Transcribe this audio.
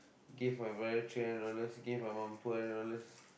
give my brother three hundred dollars give my mum two hundred dollars